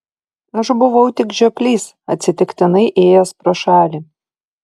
aš buvau tik žioplys atsitiktinai ėjęs pro šalį